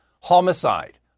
Homicide